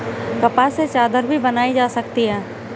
कपास से चादर भी बनाई जा सकती है